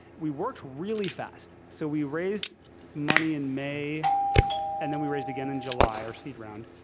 we worked really fast. so we raised money in may and then we raised again in july our seed round.